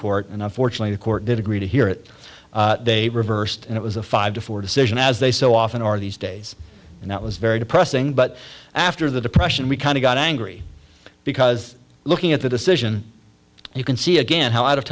court and unfortunately the court did agree to hear it they reversed and it was a five to four decision as they so often are these days and that was very depressing but after the depression we kind of got angry because looking at the decision you can see again how out of